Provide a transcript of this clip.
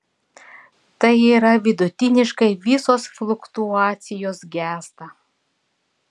tai yra vidutiniškai visos fluktuacijos gęsta